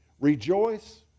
Rejoice